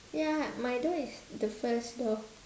ya my dad is the first door